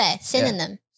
Synonym